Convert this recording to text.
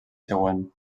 següent